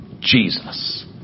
Jesus